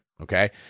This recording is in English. Okay